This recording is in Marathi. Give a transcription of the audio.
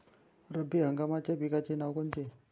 रब्बी हंगामाच्या पिकाचे नावं कोनचे?